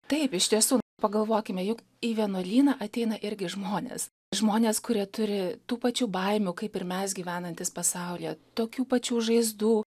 taip iš tiesų pagalvokime juk į vienuolyną ateina irgi žmonės žmonės kurie turi tų pačių baimių kaip ir mes gyvenantys pasaulyje tokių pačių žaizdų